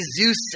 Zeus